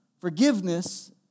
Forgiveness